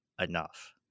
enough